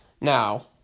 now